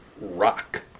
rock